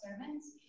servants